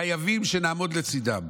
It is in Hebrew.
חייבים שנעמוד לצידם.